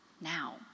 now